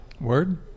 Word